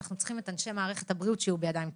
אנחנו צריכים שאנשי מערכת הבריאות יהיו בידיים טובות.